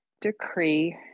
decree